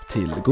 till